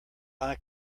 eye